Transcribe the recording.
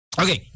Okay